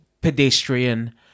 pedestrian